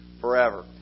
forever